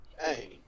Hey